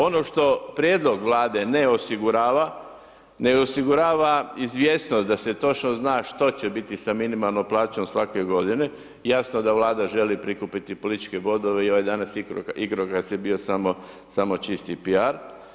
Ono što prijedlog Vlade ne osigurava, ne osigurava izvjesnost da se točno zna što će biti sa minimalnom plaćom svake godine, jasno da Vlada želi prikupiti političke bodove i ovaj danas igrokaz je bio samo čisti piar.